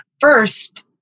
First